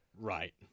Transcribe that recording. Right